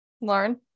Lauren